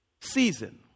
season